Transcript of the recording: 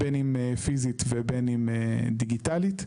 בין אם פיזית ובין אם דיגיטלית.